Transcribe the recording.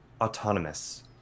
autonomous